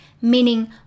meaning